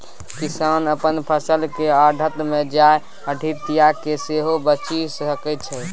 किसान अपन फसल केँ आढ़त मे जाए आढ़तिया केँ सेहो बेचि सकै छै